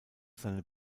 seine